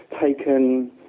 taken